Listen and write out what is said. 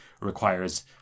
requires